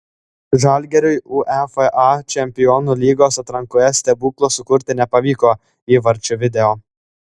žalgiriui uefa čempionų lygos atrankoje stebuklo sukurti nepavyko įvarčių video